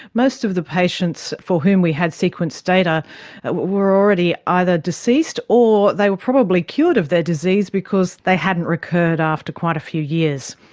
most of the patients for whom we had sequenced data were already either deceased or they were probably cured of their disease because they hadn't recurred after quite a few years.